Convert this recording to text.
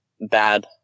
bad